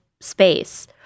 space